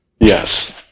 yes